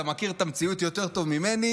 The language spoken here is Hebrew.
אתה מכיר את המציאות יותר ממני,